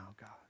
God